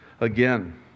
again